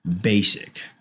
basic